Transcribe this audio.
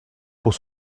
pour